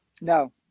No